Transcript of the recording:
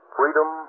freedom